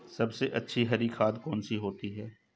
सबसे अच्छी हरी खाद कौन सी होती है?